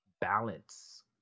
balance